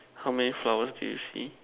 how many flowers do you see